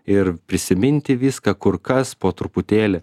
ir prisiminti viską kur kas po truputėlį